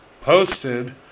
posted